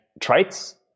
traits